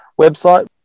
website